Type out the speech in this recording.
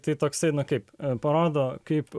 toks eina kaip parodo kaip